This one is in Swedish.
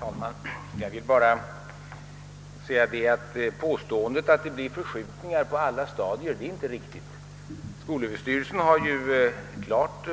Herr talman! Jag vill bara framhålla att påståendet att det blir förskjutningar på alla stadier inte är riktigt. Skolöverstyrelsen har klart